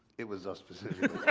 it was us specifically.